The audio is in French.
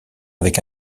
avec